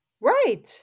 right